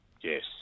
Yes